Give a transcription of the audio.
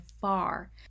far